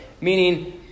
meaning